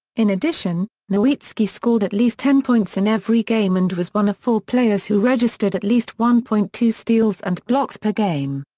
in addition, nowitzki scored at least ten points in every game and was one of four players who registered at least one point two steals and blocks per game.